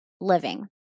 living